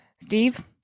Steve